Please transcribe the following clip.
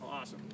Awesome